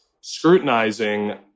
scrutinizing